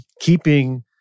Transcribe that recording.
keeping